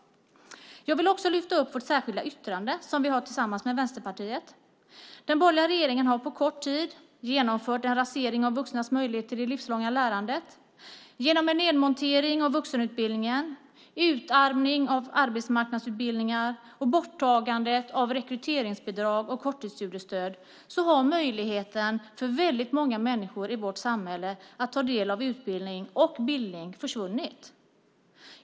Jag vill också lyfta fram vårt särskilda yttrande som vi har tillsammans med Vänsterpartiet. Den borgerliga regeringen har på kort tid åstadkommit en rasering av vuxnas möjlighet till det livslånga lärandet. Genom nedmonteringen av vuxenutbildningen, utarmningen av arbetsmarknadsutbildningar och borttagandet av rekryteringsbidrag och korttidsstudiestöd har möjligheten för väldigt många människor i vårt samhälle att ta del av utbildning och bildning försvunnit.